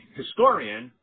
historian